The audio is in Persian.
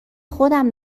خودم